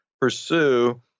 pursue